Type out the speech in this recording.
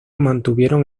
mantuvieron